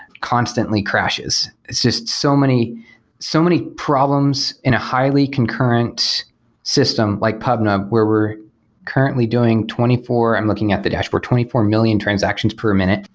constantly crashes. it's just so many so many problems in a highly concurrent system like pubnub where we're currently doing twenty four i'm looking at the dashboard. twenty four million transactions per minute,